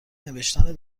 نوشتن